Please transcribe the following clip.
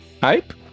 hype